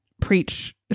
preach